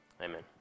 Amen